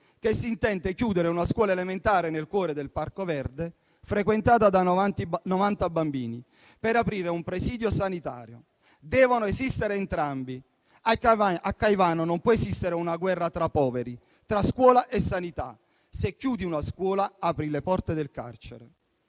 che si intende chiudere una scuola elementare nel cuore del Parco Verde, frequentata da 90 bambini, per aprire un presidio sanitario. Devono esistere entrambi: a Caivano non può esistere una guerra tra poveri, tra scuola e sanità. Se chiudi una scuola, apri le porte del carcere.